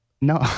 no